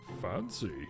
Fancy